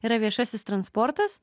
yra viešasis transportas